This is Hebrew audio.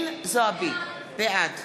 בעד